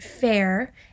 fair